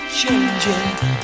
changing